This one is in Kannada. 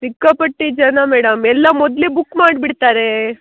ಸಿಕ್ಕಾಪಟ್ಟೆ ಜನ ಮೇಡಮ್ ಎಲ್ಲ ಮೊದಲೇ ಬುಕ್ ಮಾಡಿಬಿಡ್ತಾರೆ